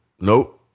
Nope